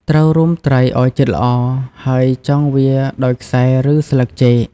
ត្រូវរុំត្រីឲ្យជិតល្អ ហើយចងវាដោយខ្សែ ឬស្លឹកចេក។